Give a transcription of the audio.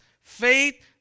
faith